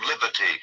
liberty